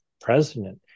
president